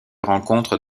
rencontre